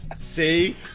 See